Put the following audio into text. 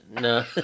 No